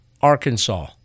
Arkansas